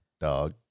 Dog